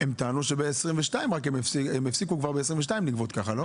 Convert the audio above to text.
הם טענו שרק ב-2022 הם הפסיקו לגבות כך, לא?